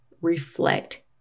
reflect